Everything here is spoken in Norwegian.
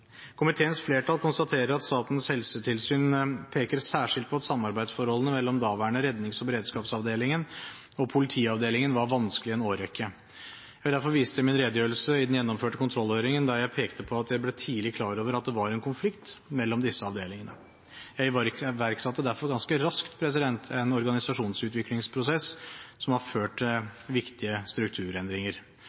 Komiteens flertall konstaterer at Statens helsetilsyn peker særskilt på at samarbeidsforholdene mellom den daværende Rednings- og beredskapsavdelingen og Politiavdelingen var vanskelig i en årrekke. Jeg vil derfor vise til min redegjørelse i den gjennomførte kontrollhøringen, der jeg pekte på at jeg tidlig ble klar over at det var en konflikt mellom disse avdelingene. Jeg iverksatte derfor ganske raskt en organisasjonsutviklingsprosess, som har ført til viktige strukturendringer.